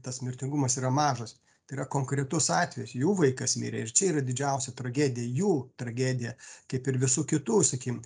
tas mirtingumas yra mažas tai yra konkretus atvejis jų vaikas mirė ir čia yra didžiausia tragedija jų tragedija kaip ir visų kitų sakim